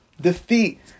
defeat